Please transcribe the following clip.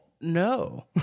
no